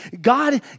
God